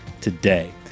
today